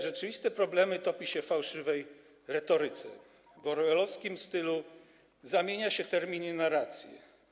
Rzeczywiste problemy topi się w fałszywej retoryce, w orwellowskim stylu zamienia się terminy na racje.